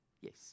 Yes